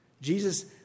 Jesus